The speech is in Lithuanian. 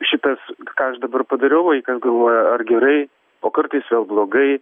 šitas ką aš dabar padariau vaikas galvoja ar gerai o kartais vėl blogai